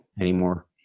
anymore